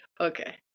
okay